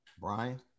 Brian